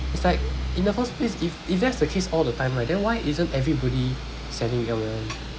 it's like in the first place if if that's the case all the time right then why isn't everybody selling M_L_M